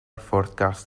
forecast